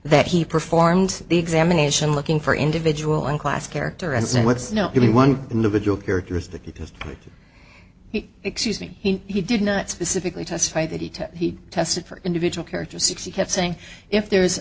that he performed the examination looking for individual and class character and what's not really one individual character is that because excuse me he did not specifically testify that he took he tested for individual characteristics he kept saying if there